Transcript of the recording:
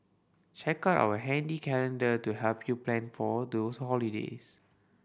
check out our handy calendar to help you plan for those holidays